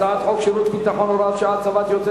הצעת חוק שירות ביטחון (הוראת שעה) (הצבת